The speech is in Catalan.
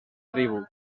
tribu